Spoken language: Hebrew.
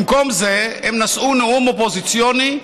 במקום זה הם נשאו נאום אופוזיציוני מרהיב,